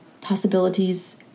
possibilities